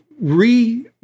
re